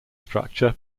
structure